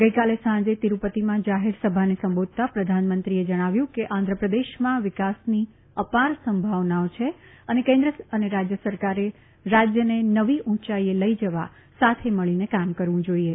ગઈકાલે સાંજે તિરુપતિમાં જાહેરસભાને સંબોધતાં પ્રધાનમંત્રીએ જણાવ્યું કે આંધ્રપ્રદેશમાં વિકાસની અપાર સંભાવનાઓ છે અને કેન્દ્ર અને રાજ્ય સરકારે રાજ્યને નવી ઊંચાઈએ લઈ જવા સાથે મળીને કામ કરવું જાઈએ